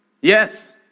Yes